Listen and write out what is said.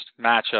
matchup